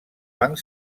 banc